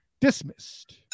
dismissed